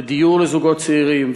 לדיור לזוגות צעירים,